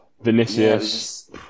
Vinicius